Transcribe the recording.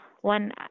one